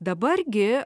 dabar gi